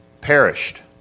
perished